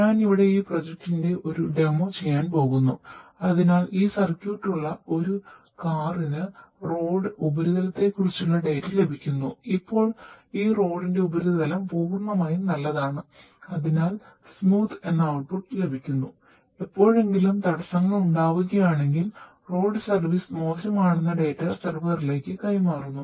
ഞാൻ ഇവിടെ ഈ പ്രോജക്റ്റിന്റെ സെർവറിലേക്ക് കൈമാറുന്നു